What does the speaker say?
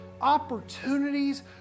opportunities